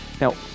now